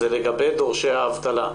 זה לגבי דורשי האבטלה.